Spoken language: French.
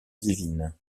divine